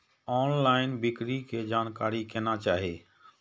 Online बिक्री के जानकारी केना चाही?